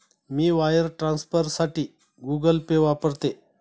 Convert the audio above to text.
मी wire ट्रान्सफरसाठी Google Pay वापरते